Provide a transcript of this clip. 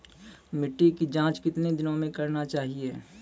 मिट्टी की जाँच कितने दिनों मे करना चाहिए?